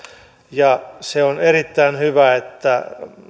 ja on erittäin hyvä että